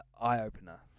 eye-opener